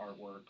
artwork